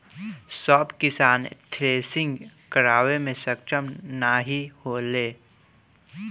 सब किसान थ्रेसिंग करावे मे सक्ष्म नाही होले